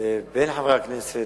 בין חברי הכנסת.